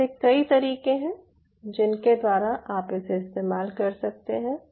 ऐसे कई तरीके हैं जिनके द्वारा आप इसे कर सकते हैं